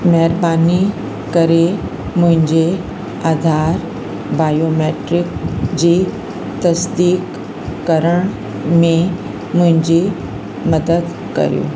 महिरबानी करे मुंहिंजे आधार बायोमेट्रिक जी तसिदीक़ करण में मुंहिंजी मदद कयो